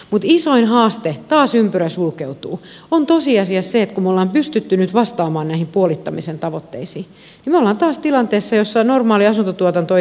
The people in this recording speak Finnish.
mutta isoin haaste taas ympyrä sulkeutuu on tosiasiassa se että kun me olemme pystyneet nyt vastaamaan näihin puolittamisen tavoitteisiin niin me olemme taas tilanteessa jossa normaali asuntotuotanto ei vedä kasvukeskuksiin